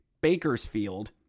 Bakersfield